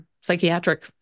psychiatric